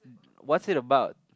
what's it about